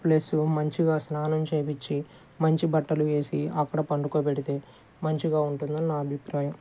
plus మంచిగా స్నానం చేయించి మంచి బట్టలు వేసి అక్కడ పడుకోబెడితే మంచిగా ఉంటుంది అని నా అభిప్రాయం